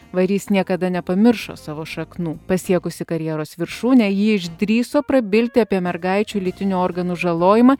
varys niekada nepamiršo savo šaknų pasiekusi karjeros viršūnę ji išdrįso prabilti apie mergaičių lytinių organų žalojimą